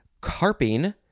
Carping